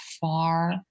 far